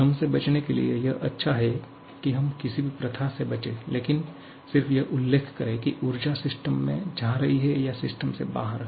भ्रम से बचने के लिए यह अच्छा हे की हम किसी भी प्रथा से बचे लेकिन सिर्फ यह उल्लेख करें कि ऊर्जा सिस्टम में जा रही है या सिस्टम से बाहर